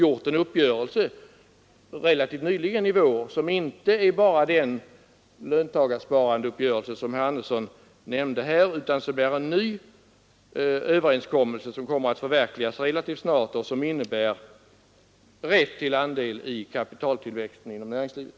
Det är inte bara den uppgörelse om löntagarsparande som herr Andersson nämnde här, utan det är en ny överenskommelse, som skall förverkligas relativt snart och som innebär rätt till andel i kapitaltillväxten inom näringslivet.